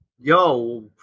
Yo